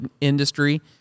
industry